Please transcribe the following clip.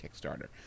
kickstarter